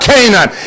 Canaan